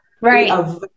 Right